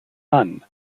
son